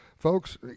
Folks